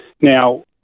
now